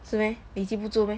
是 meh 你记不住 meh